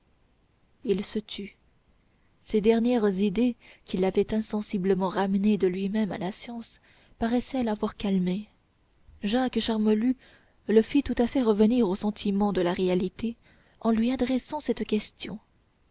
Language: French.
il se tut ces dernières idées qui l'avaient insensiblement ramené de lui-même à la science paraissaient l'avoir calmé jacques charmolue le fit tout à fait revenir au sentiment de la réalité en lui adressant cette question